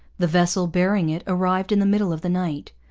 the vessel bearing it arrived in the middle of the night.